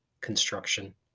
construction